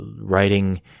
writing